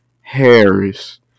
Harris